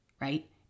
right